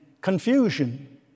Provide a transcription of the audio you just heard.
confusion